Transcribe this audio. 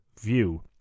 view